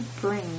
bring